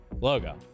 logo